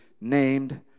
named